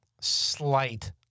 slight